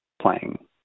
playing